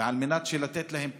על מנת לתת להם תמריץ,